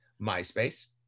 MySpace